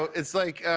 it's, like,